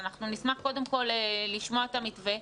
אנחנו נשמח קודם כל לשמוע את המתווה.